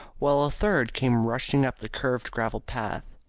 while a third came rushing up the curved gravel path.